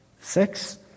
six